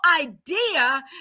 idea